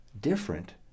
Different